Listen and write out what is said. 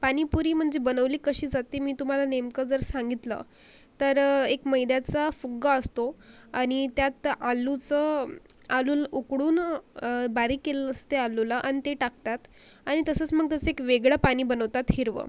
पाणीपुरी म्हणजे बनवली कशी जाते मी तुम्हाला नेमकं जर सांगितलं तर एक मैद्याचा फुगा असतो आणि त्यात आलूचं आलू उकडून बारीक केलेलं असते आलूला आणि ते टाकतात आणि तसंच मग तसं एक वेगळं पाणी बनवतात हिरवं